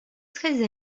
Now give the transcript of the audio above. très